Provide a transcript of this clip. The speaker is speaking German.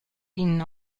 ihnen